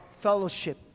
fellowship